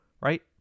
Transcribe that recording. right